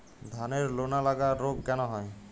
ধানের লোনা লাগা রোগ কেন হয়?